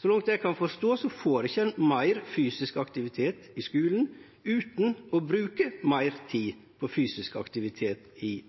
Så langt eg kan forstå, får ein ikkje meir fysisk aktivitet i skulen utan å bruke meir tid på fysisk aktivitet i